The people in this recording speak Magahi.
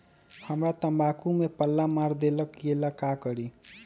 हमरा तंबाकू में पल्ला मार देलक ये ला का करी?